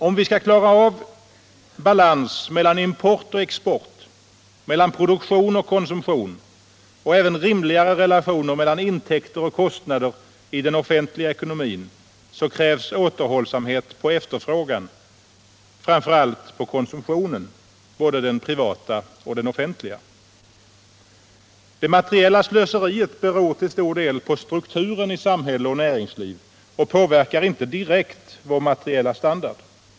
Om vi skall klara av balans mellan import och export, mellan produktion och konsumtion, och även rimligare relationer mellan intäkter och kostnader i den offentliga ekonomin så krävs återhållsamhet i efterfrågan framför allt på konsumtionen, både den privata och den offentliga. Det materiella slöseriet beror till stor del på strukturen i samhälle och näringsliv och påverkar inte direkt vår materiella standard.